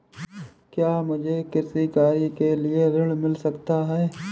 क्या मुझे कृषि कार्य के लिए ऋण मिल सकता है?